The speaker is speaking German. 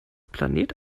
planet